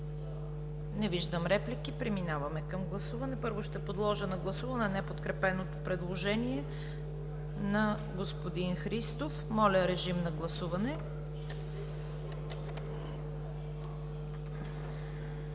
Не виждам. Преминаваме към гласуване. Първо ще подложа на гласуване неподкрепеното предложение на господин Христов. Гласували